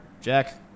Jack